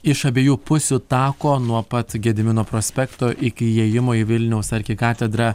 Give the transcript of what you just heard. iš abiejų pusių tako nuo pat gedimino prospekto iki įėjimo į vilniaus arkikatedrą